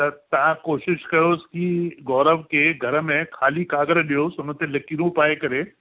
त तव्हां कोशिशि कयोसि की गौरव खे घर में खाली कागरु ॾियोसि हुनते लकीरूं पाए करे